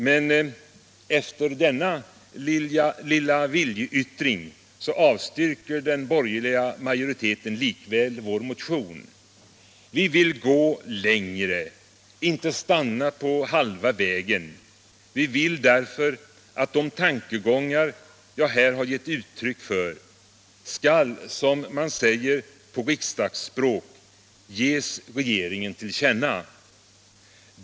Men efter denna lilla viljeyttring avstyrker den borgerliga majoriteten likväl vår motion. Den vill gå längre, inte stanna på halva vägen. Den vill därför att de tankegångar jag här har gett uttryck för skall, som man säger på riksdagsspråk, ges regeringen till känna.